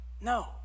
No